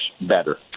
better